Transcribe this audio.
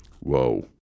Whoa